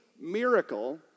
miracle